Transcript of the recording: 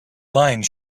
line